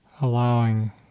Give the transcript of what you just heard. allowing